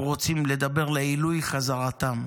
עצום.